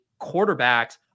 quarterbacks